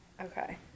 Okay